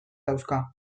dauzka